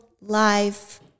life